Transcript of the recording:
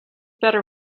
better